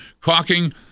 Caulking